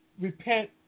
repent